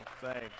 Thanks